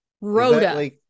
Rhoda